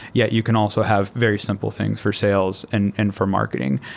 yet you can also have very simple things for sales and and for marketing.